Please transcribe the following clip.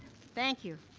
thank you,